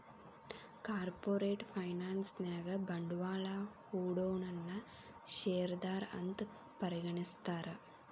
corporate finance ನ್ಯಾಗ ಬಂಡ್ವಾಳಾ ಹೂಡೊನನ್ನ ಶೇರ್ದಾರಾ ಅಂತ್ ಪರಿಗಣಿಸ್ತಾರ